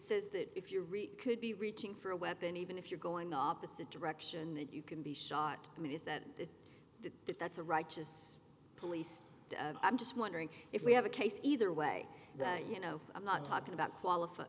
says that if you reach could be reaching for a weapon even if you're going opposite direction that you can be shot i mean is that is that if that's a righteous police i'm just wondering if we have a case either way that you know i'm not talking about qualified